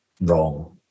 wrong